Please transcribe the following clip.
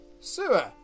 sewer